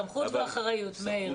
סמכות ואחריות, מאיר.